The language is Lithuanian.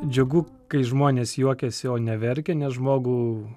džiugu kai žmonės juokiasi o ne verkia nes žmogų